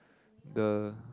the